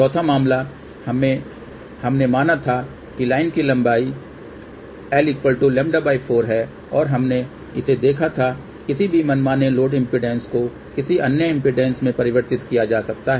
चौथा मामला में हमने माना था कि लाइन की लंबाई कहां l λ 4 है और हमने इसे देखा था किसी भी मनमाने लोड इम्पीडेन्स को किसी अन्य इम्पीडेन्स में परिवर्तित किया जा सकता है